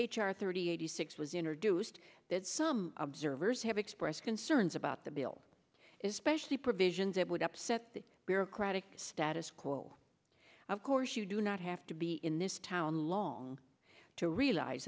r thirty eighty six was introduced that some observers have expressed concerns about the bill is specially provisions that would upset the bureaucratic status quo of course you do not have to be in this town long to i realize